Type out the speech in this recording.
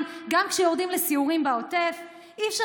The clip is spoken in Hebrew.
גם כשיורדים לסיורים בעוטף אי-אפשר